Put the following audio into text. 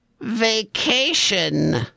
vacation